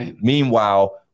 Meanwhile